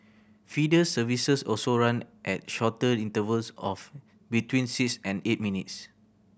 feeder services also run at shorter intervals of between six and eight minutes